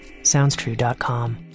SoundsTrue.com